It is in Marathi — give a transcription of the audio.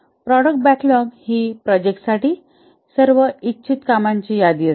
प्रॉडक्ट बॅकलॉग ही प्रोजेक्ट साठी सर्व इच्छित कामांची यादी असते